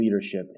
leadership